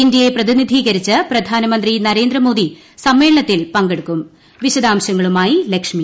ഇന്ത്യയെ പ്രതിനിധീകരിച്ച് പ്രധാനമന്ത്രി നരേന്ദ്രമോദി സമ്മേളനത്തിൽ പങ്കെടുക്കും വിശദാംശങ്ങളുമായി ലക്ഷ്മി